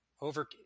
over –